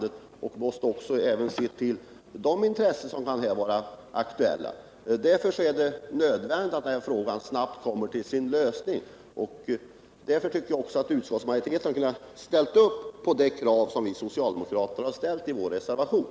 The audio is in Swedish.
Det är mot denna bakgrund nödvändigt att komma fram till en snabb 185 lösning av denna fråga, och det hade därför varit angeläget att utskottet hade kunnat ställa sig bakom de krav som vi framfört i vår reservation.